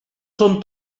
són